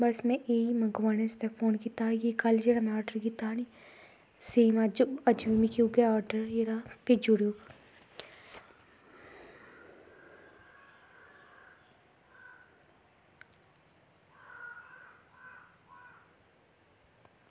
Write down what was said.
ते में इयै मंगनवानै आस्तै ऑर्डर कीता की कल्ल में जेह्ड़ा ऑर्डर कीता हा नी सेम मिगी अज्ज बी उऐ ऑर्डर भेजी ओड़ेओ